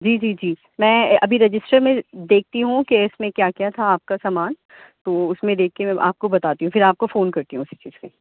جی جی جی میں ابھی رجسٹر میں دیکھتی ہوں کہ اس میں کیا کیا تھا آپ کا سامان تو اس میں دیکھ کے میں آپ کو بتاتی ہوں پھر آپ کو فون کرتی ہوں اسی چیز پہ